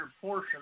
portion